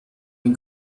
این